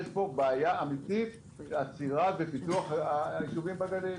יש פה עצירה אמיתית של עצירה של פיתוח ישובים בגליל.